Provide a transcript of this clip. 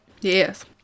Yes